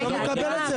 אני לא מקבל את זה.